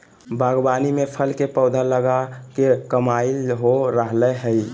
बागवानी में फल के पौधा लगा के कमाई हो रहल हई